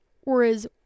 whereas